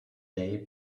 day